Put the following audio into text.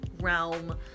realm